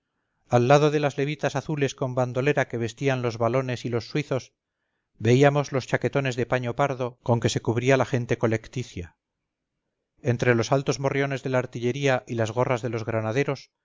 al lado de las levitas azules con bandolera que vestían los walones y los suizos veíamos los chaquetones de paño pardo con que se cubría la gente colecticia entre los altos morriones de la artillería y las gorras de los granaderos